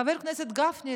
חבר כנסת גפני,